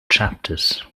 chapters